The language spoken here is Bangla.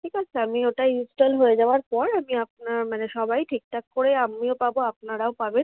ঠিক আছে আমি ওটা ইন্সটল হয়ে যাওয়ার পর আমি আপনার মানে সবাই ঠিকঠাক করে আমিও পাবো আপনারাও পাবেন